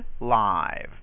live